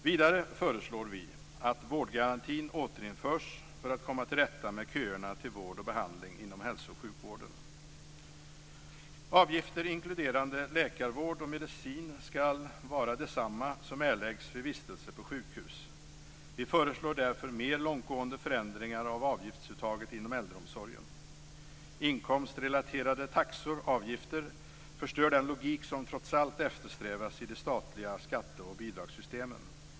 Vidare föreslår vi att vårdgarantin återinförs för att man skall komma till rätta med köerna till vård och behandling inom hälso och sjukvården. Avgifter inkluderande läkarvård och medicin skall vara desamma som erläggs vid vistelse på sjukhus. Vi föreslår därför mer långtgående förändringar av avgiftsuttaget inom äldreomsorgen. Inkomstrelaterade taxor och avgifter förstör den logik som trots allt eftersträvas i de statliga skatte och bidragssystemen.